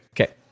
okay